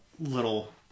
little